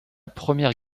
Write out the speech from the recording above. première